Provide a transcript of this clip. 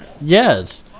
Yes